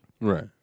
Right